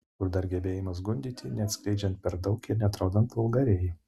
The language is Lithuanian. o kur dar gebėjimas gundyti neatskleidžiant per daug ir neatrodant vulgariai